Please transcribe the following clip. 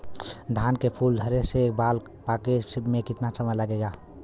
धान के फूल धरे से बाल पाके में कितना समय लागेला?